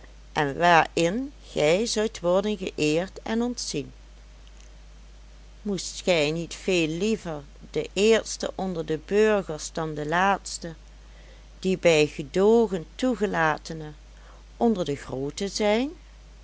en waarin gij zoudt worden geëerd en ontzien moest gij niet veel liever de eerste onder de burgers dan de laatste de bij gedoogen toegelatene onder de grooten zijn